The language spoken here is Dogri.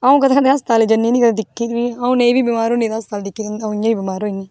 अ'ऊं कदें कदें अस्तालै जन्नीं नी कदें दिक्खी गै निं अ'ऊं नेईं बी बमार होन्नीं तां अस्ताल दिक्खियै अ'ऊं इ'यां बी बमार होई जन्नीं